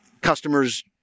customers